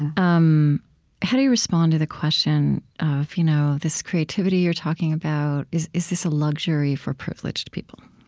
um how do you respond to the question of you know this creativity you're talking about, is is this a luxury for privileged people?